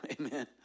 Amen